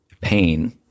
pain